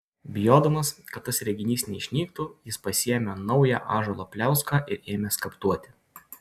bijodamas kad tas reginys neišnyktų jis pasiėmė naują ąžuolo pliauską ir ėmė skaptuoti